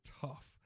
tough